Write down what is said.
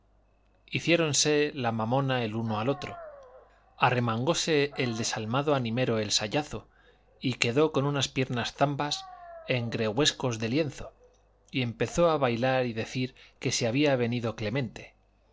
encaja hiciéronse la mamona el uno al otro arremangóse el desalmado animero el sayazo y quedó con unas piernas zambas en gregüescos de lienzo y empezó a bailar y decir que si había venido clemente